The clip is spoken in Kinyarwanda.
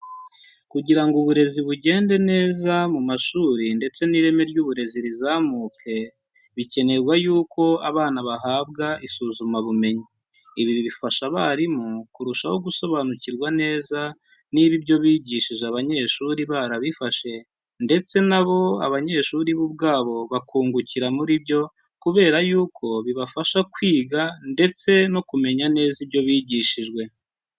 Kugira ngo uburezi bugende neza mu mashuri ndetse n'ireme ry'uburezi rizamuke bikenewe yuko abana bahabwa isuzumabumenyi. Ibi bifasha abarimu kurushaho gusobanukirwa neza niba ibyo bigishije abanyeshuri barabifashe, ndetse na bo abanyeshuri bo ubwabo bakungukira muri byo kubera yuko bibafasha kwiga, ndetse no kumenya neza ibyo bigishijwe.